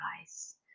guys